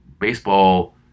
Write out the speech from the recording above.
baseball